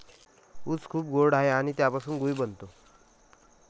ऊस खूप गोड आहे आणि त्यापासून गूळ बनतो